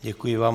Děkuji vám.